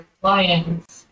clients